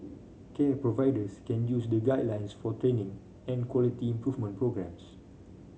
care providers can use the guidelines for training and quality improvement programmes